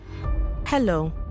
Hello